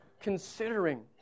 considering